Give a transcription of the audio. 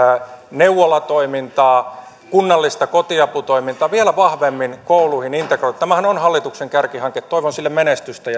neuvolatoimintaa kunnallista kotiaputoimintaa vielä vahvemmin kouluihin integroida tämähän on hallituksen kärkihanke toivon sille menestystä